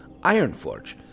Ironforge